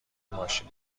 ماشین